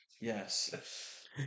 yes